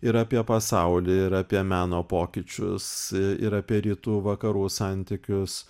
ir apie pasaulį ir apie meno pokyčius ir apie rytų vakarų santykius